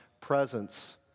presence